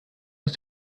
aus